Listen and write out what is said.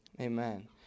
Amen